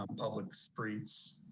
um public streets.